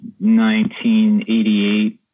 1988